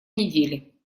недели